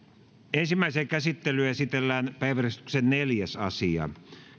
ensimmäiseen käsittelyyn esitellään päiväjärjestyksen neljäs asia